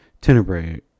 Tenebrae